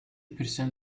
percent